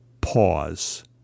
Pause